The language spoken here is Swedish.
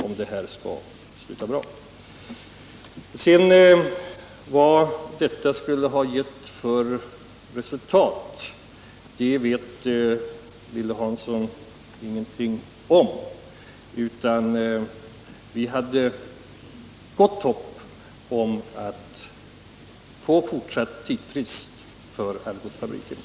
Vad kontakterna med statsråd och departement har gett för resultat vet Lilly Hansson ingenting om. Vi hade gott hopp om att få fortsatt tidsfrist för Algotsfabrikerna.